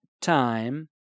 time